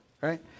right